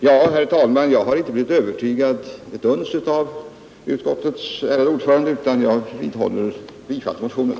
Jag har inte, herr talman, blivit övertygad ett uns av den behandlingsgång som utskottets ärade ordförande framför utan vidhåller yrkandet om bifall till motionen.